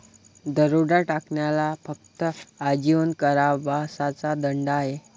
दरोडा टाकण्याला फक्त आजीवन कारावासाचा दंड आहे